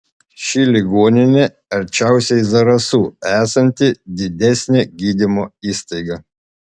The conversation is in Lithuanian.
ši ligoninė arčiausiai zarasų esanti didesnė gydymo įstaiga